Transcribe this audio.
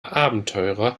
abenteurer